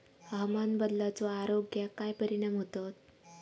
हवामान बदलाचो आरोग्याक काय परिणाम होतत?